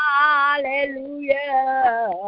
hallelujah